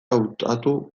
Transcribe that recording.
hautatu